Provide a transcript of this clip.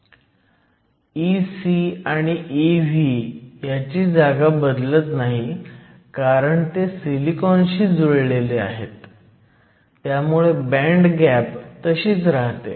Ec आणि Ev ची जागा बदलत नाही कारण ते सिलिकॉनशी जुळलेले आहेत त्यामुळे बँड गॅप तशीच राहते